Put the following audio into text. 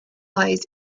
eyes